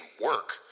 work